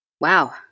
wow